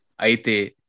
Aite